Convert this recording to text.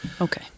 Okay